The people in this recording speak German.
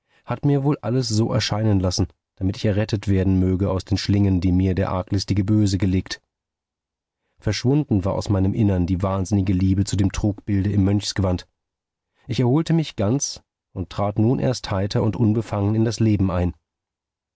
hat mir wohl alles so erscheinen lassen damit ich errettet werden möge aus den schlingen die mir der arglistige böse gelegt verschwunden war aus meinem innern die wahnsinnige liebe zu dem trugbilde im mönchsgewand ich erholte mich ganz und trat nun erst heiter und unbefangen in das leben ein